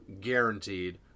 Guaranteed